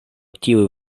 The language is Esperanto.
tiuj